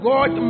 God